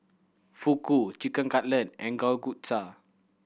Fugu Chicken Cutlet and Kalguksu